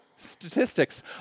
statistics